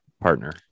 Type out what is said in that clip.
partner